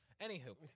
Anywho